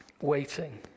waiting